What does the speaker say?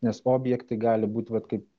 nes objektai gali būt vat kaip